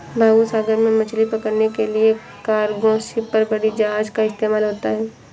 बाबू सागर में मछली पकड़ने के लिए कार्गो शिप और बड़ी जहाज़ का इस्तेमाल होता है